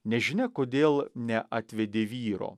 nežinia kodėl neatvedė vyro